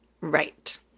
Right